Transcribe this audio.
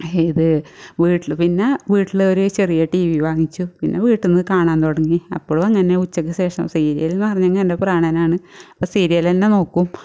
ഇത് വീട്ടിൽ പിന്നെ വീട്ടിൽ ഒരു ചെറിയ ടി വി വാങ്ങിച്ചു പിന്നെ വീട്ടിൽനിന്ന് കാണാൻ തുടങ്ങി അപ്പോളങ്ങനെ ഉച്ചക്ക് ശേഷം സീരിയലെന്ന് പറഞ്ഞെങ്കിൽ എൻ്റെ പ്രാണനാണ് അപ്പം സീരിയൽ തന്നെ നോക്കും